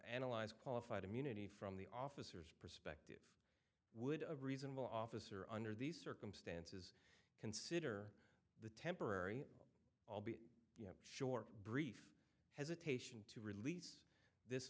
nalyze qualified immunity from the officers would a reasonable officer under these circumstances consider the temporary i'll be short brief hesitation to release this